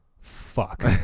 fuck